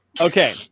Okay